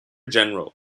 general